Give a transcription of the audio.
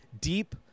deep